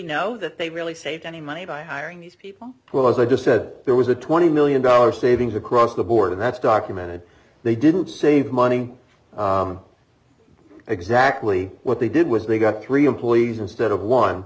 know that they really saved any money by hiring these people who as i just said there was a twenty million dollars savings across the board and that's documented they didn't save money exactly what they did was they got three employees instead of one